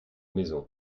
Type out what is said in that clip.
maison